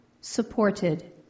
supported